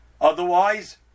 Otherwise